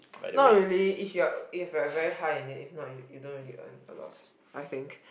not really if you are if you are very high in it if not you don't really earn a lot I think